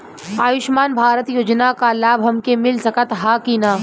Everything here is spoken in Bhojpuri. आयुष्मान भारत योजना क लाभ हमके मिल सकत ह कि ना?